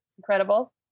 Incredible